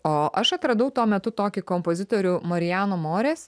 o aš atradau tuo metu tokį kompozitorių marijano morės